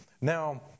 Now